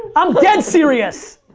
i'm dead serious.